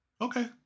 Okay